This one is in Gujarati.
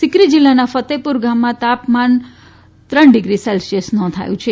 સિક્રી જિલ્લાના ફતેહપુર ગામમાં તાપમાન માઇનસ ત્રણ ડિગ્રી સેલ્સીયસ નોંધાયું છે